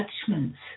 judgments